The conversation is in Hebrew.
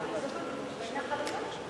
אין הרבה הזדמנויות כאלה.